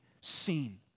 seen